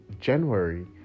January